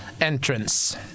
entrance